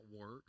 work